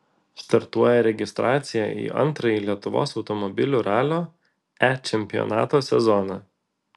startuoja registracija į antrąjį lietuvos automobilių ralio e čempionato sezoną